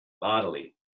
bodily